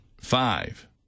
Five